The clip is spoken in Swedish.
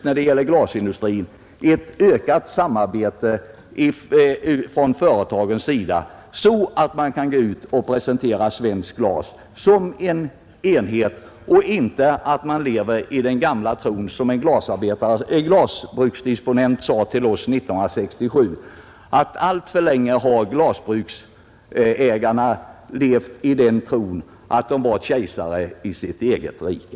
När det gäller glasindustrin krävs ett ökat samarbete mellan företagen så att de kan gå ut och presentera svenskt glas såsom en enhet. en glasbruksdisponent förklarade för oss 1967 att glasbruksägarna alltför länge hade levt i den tron att de var kejsare i sitt eget rike.